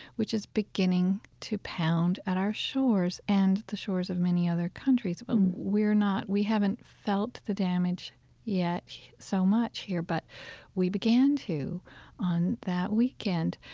which is beginning to pound at our shores and the shores of many other countries. but we're not we haven't felt the damage yet so much here, but we began to on that weekend.